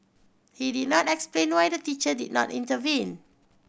he did not explain why the teacher did not intervene